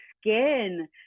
skin